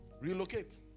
Relocate